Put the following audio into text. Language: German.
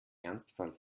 ernstfall